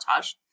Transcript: montage